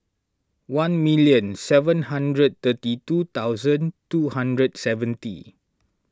one million seven hundred thirty two thousand two hundred seventy